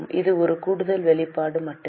இது ஒரு கூடுதல் வெளிப்பாடு மட்டுமே